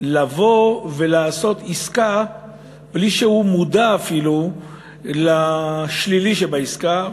בעצם גורמת לצרכן לבוא ולעשות עסקה בלי שהוא מודע אפילו לשלילי שבעסקה,